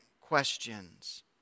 questions